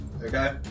Okay